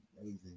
amazing